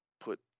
put